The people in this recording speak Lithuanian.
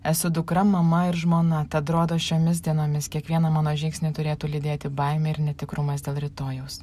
esu dukra mama ir žmona tad rodos šiomis dienomis kiekvieną mano žingsnį turėtų lydėti baimė ir netikrumas dėl rytojaus